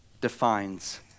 defines